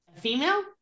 Female